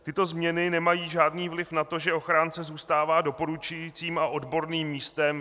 Tyto změny nemají žádný vliv na to, že ochránce zůstává doporučujícím a odborným místem.